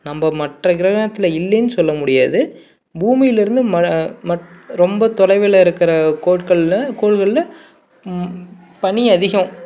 நம்ப மற்ற கிரகணத்தில் இல்லேன்னு சொல்ல முடியாது பூமியிலேருந்து மல மட் ரொம்ப தொலைவில் இருக்கிற கோட்களில் கோள்களில் பனி அதிகம்